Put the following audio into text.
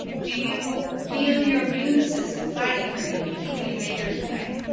do you feel your immune system fighting for you and keeping invaders away?